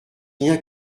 rien